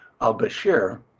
al-Bashir